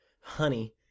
honey